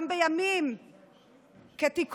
גם בימים כתיקונם